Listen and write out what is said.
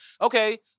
okay